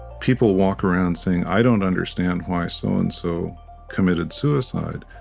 people walk around saying, i don't understand why so-and-so committed suicide.